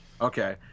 Okay